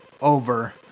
over